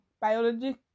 biology